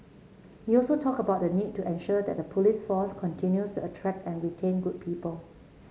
he also talked about the need to ensure that the police force continues to attract and retain good people